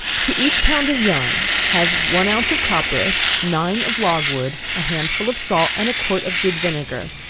to each pound of yarn, have one ounce of copperas, nine of logwood, a handful of salt, and a quart of good vinegar,